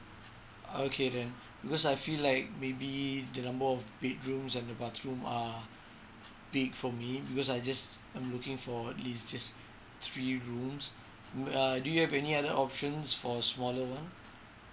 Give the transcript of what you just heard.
okay then because I feel like maybe the number of bedrooms and the bathroom are big for me because I just I'm looking for at least just three rooms um uh do you have any other options for smaller one